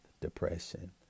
depression